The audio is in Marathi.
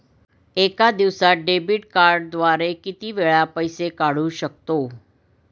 एका दिवसांत डेबिट कार्डद्वारे किती वेळा पैसे काढू शकतो?